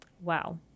Wow